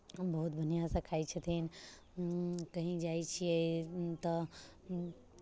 बहुत बढ़िआँसँ खाइत छथिन कहीँ जाइत छियै तऽ